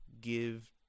give